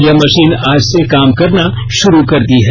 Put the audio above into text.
यह मशीन आज से काम करना शुरू कर दी है